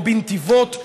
או בנתיבות,